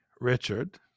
Richard